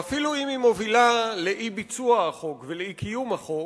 ואפילו אם היא מובילה לאי-ביצוע החוק ולאי-קיום החוק,